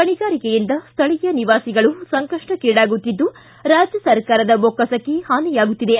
ಗಣಿಗಾರಿಕೆಯಿಂದ ಸ್ಥಳೀಯ ನಿವಾಸಿಗಳು ಸಂಕಷ್ವಕ್ಕೀಡಾಗುತ್ತಿದ್ದು ರಾಜ್ಯ ಸರ್ಕಾರದ ಬೊಕ್ಕಸಕ್ಕೆ ಪಾನಿಯಾಗುತ್ತಿದೆ